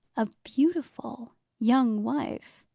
a beautiful young wife.